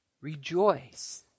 rejoice